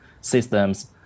systems